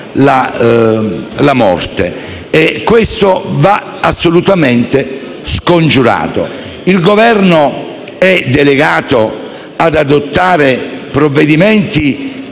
la decadenza. Questo va assolutamente scongiurato. Il Governo è delegato ad adottare provvedimenti